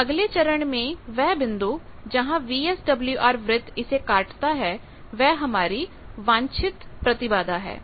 तो अगले चरण में वह बिंदु जहां वीएसडब्ल्यूआर वृत्त इसे काटता है वह हमारी वांछित प्रतिबाधा है